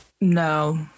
No